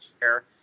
share